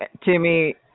Timmy